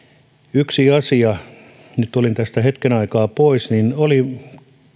yksi asia nyt olin tästä hetken aikaa pois oli